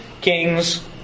kings